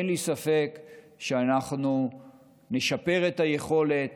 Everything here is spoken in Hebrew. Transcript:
אין לי ספק שאנחנו נשפר את היכולת